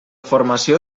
formació